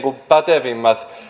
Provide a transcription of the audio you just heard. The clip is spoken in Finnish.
pätevin